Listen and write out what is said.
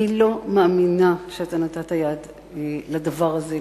אני לא מאמינה שנתת יד לדבר הזה,